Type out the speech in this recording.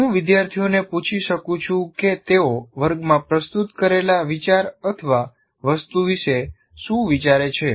હું વિદ્યાર્થીઓને પૂછી શકું છું કે તેઓ વર્ગમાં પ્રસ્તુત કરેલા વિચાર અથવા વસ્તુ વિશે શું વિચારે છે